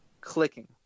clicking